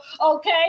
Okay